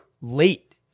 late